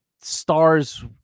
stars